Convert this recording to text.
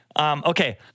okay